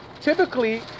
Typically